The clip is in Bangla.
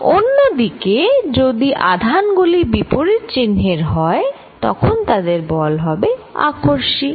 অন্যদিকে যদি আধান গুলি বিপরীত চিহ্নের হয় তখন তাদের বল হবে আকর্ষী